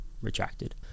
retracted